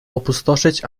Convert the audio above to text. opustoszeć